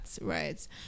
right